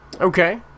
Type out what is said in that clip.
Okay